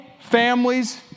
families